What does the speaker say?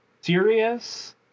Serious